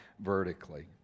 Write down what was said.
vertically